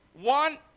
One